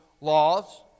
laws